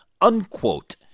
unquote